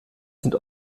sind